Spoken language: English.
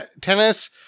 tennis